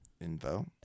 info